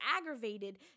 aggravated